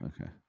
okay